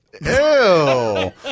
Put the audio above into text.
Ew